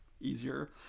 easier